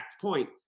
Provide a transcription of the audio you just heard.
point